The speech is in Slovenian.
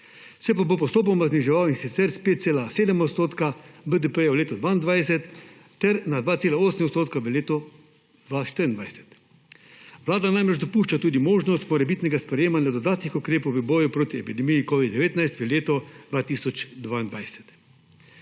Se bo pa postopoma zniževal, in sicer s 5,7 % BDP v letu 2022 na 2,8 % v letu 2024. Vlada namreč dopušča tudi možnost morebitnega sprejemanja dodatnih ukrepov v boju proti epidemiji covida-19 v letu 2022.